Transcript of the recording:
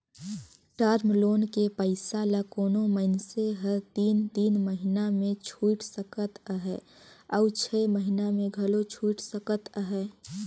term loan के पइसा ल कोनो मइनसे हर तीन तीन महिना में छुइट सकत अहे अउ छै महिना में घलो छुइट सकत अहे